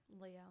Leo